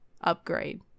upgrade